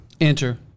Enter